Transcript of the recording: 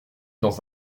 dans